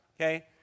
okay